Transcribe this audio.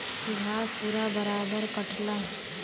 घास पूरा बराबर कटला